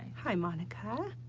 hi monica.